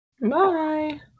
Bye